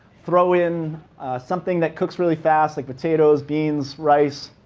throw in something that cooks really fast, like potatoes, beans, rice,